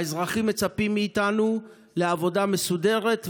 האזרחים מצפים מאיתנו לעבודה מסודרת,